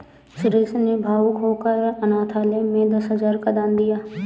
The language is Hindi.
सुरेश ने भावुक होकर अनाथालय में दस हजार का दान दिया